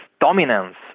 dominance